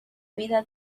vida